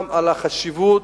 גם על ההצלחה